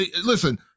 listen